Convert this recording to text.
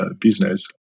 business